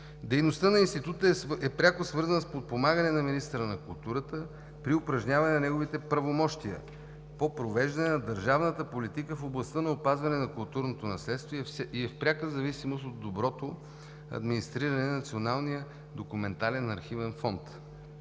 Дейността на Института е пряко свързана с подпомагане на министъра на култура при упражняване на неговите правомощия по провеждане на държавната политика в областта на опазване на културното наследство и е в пряка зависимост от доброто администриране на Националния документален архивен фонд.